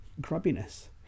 grubbiness